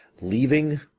leaving